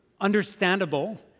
understandable